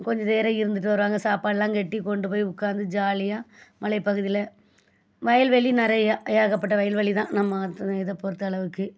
கொஞ்ச நேரம் இருந்துட்டு வருவாங்க சாப்பாடுலாம் கட்டி கொண்டு போய் உட்காந்து ஜாலியாக மலைப்பகுதியில் வயல்வெளி நிறையா ஏகப்பட்ட வயல்வெளி தான் நம்ம இதை பொருத்தளவுக்கு